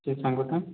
ସେ ସାଙ୍ଗଟା